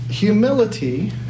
humility